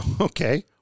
Okay